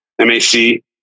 M-A-C